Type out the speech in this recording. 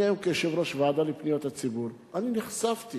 היום כיושב-ראש הוועדה לפניות הציבור נחשפתי